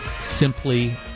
simply